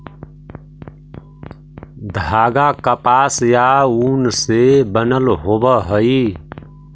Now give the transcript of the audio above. धागा कपास या ऊन से बनल होवऽ हई